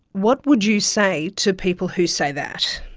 what would you say to people who say that?